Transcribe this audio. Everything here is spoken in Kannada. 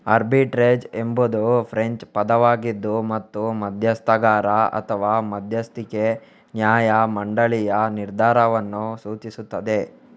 ಆರ್ಬಿಟ್ರೇಜ್ ಎಂಬುದು ಫ್ರೆಂಚ್ ಪದವಾಗಿದೆ ಮತ್ತು ಮಧ್ಯಸ್ಥಗಾರ ಅಥವಾ ಮಧ್ಯಸ್ಥಿಕೆ ನ್ಯಾಯ ಮಂಡಳಿಯ ನಿರ್ಧಾರವನ್ನು ಸೂಚಿಸುತ್ತದೆ